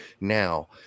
now